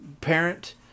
parent